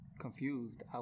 confused